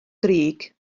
grug